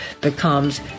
becomes